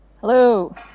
Hello